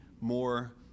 more